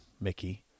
Mickey